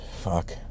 fuck